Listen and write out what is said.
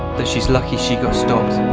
that she's lucky she got stopped,